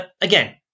again